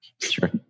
Sure